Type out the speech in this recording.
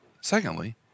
Secondly